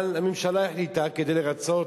אבל, הממשלה החליטה, כדי לרצות